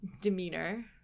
demeanor